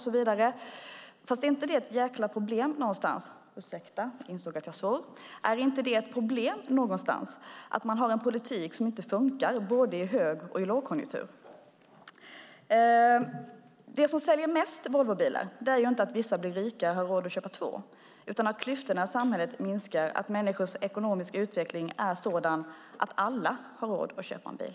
Men är det inte ett problem på något sätt att man har en politik som inte fungerar i både hög och lågkonjunktur? Det som säljer flest Volvobilar är inte det faktum att vissa blir rikare och har råd att köpa två utan det faktum att klyftorna i samhället minskar och människornas ekonomiska utveckling är sådan att alla har råd att köpa bil.